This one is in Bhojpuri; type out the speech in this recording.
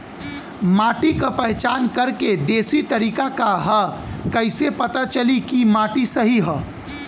माटी क पहचान करके देशी तरीका का ह कईसे पता चली कि माटी सही ह?